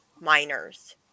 minors